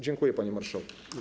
Dziękuję, panie marszałku.